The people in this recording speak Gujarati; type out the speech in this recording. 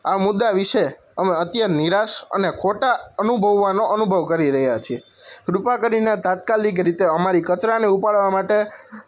આ મુદ્દા વિશે અમે અત્યંત નિરાશ અને ખોટા અનુભવવાનો અનુભવ કરી રહ્યા છીએ કૃપા કરીને તાત્કાલિક રીતે અમારી કચરાને ઉપાડવા માટે